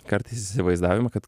kartais įsivaizdavimą kad